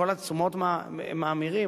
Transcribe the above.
כל התשומות מאמירות?